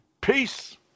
Peace